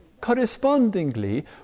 correspondingly